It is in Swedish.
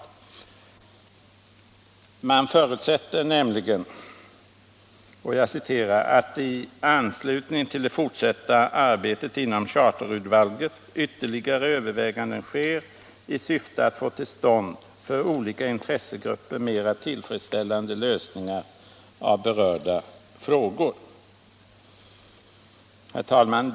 Utskottet förutsätter nämligen ”att i anslutning till det fortsatta arbetet inom charterudvalget ytterligare överväganden sker i syfte att få till stånd för olika intressegrupper mera tillfredsställande lösningar av berörda frågor”. Herr talman!